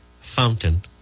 Fountain